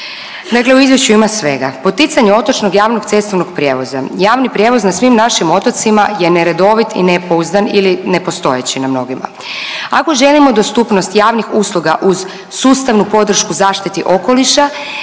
Dakle, u izvješću ima svega. Poticanje otočnog javnog cestovnog prijevoza, javni prijevoz na svim našim otocima je neredovit i nepouzdan ili nepostojeći na mnogima. Ako želimo dostupnost javnih usluga uz sustavnu podršku zaštiti okoliša